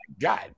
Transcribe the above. God